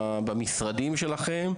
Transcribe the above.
במשרדים שלכם,